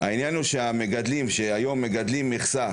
העניין הוא שהמגדלים שהיום מגדלים מכסה,